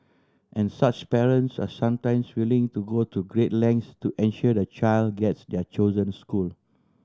and such parents are sometimes willing to go to great lengths to ensure their child gets their chosen school